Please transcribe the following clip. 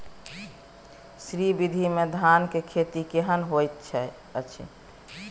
श्री विधी में धान के खेती केहन होयत अछि?